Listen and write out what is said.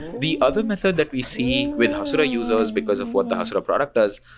the other method that we see with hasura users because of what the hasura product does,